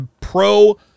pro